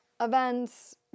Events